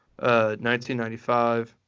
1995